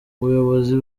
buyobozi